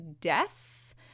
death